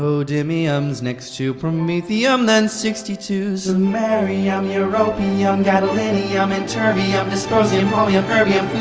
neodymium is next to promethium then sixty two. samarium, europium, yeah ah and gadolinium and terbium, dysprosium, holmium, erbium,